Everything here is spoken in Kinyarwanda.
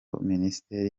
minisiteri